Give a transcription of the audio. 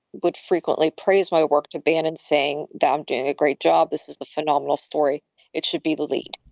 would frequently praised my work to be an and saying that i'm doing a great job. this is a phenomenal story it should be the lead